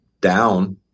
down